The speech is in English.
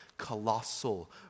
colossal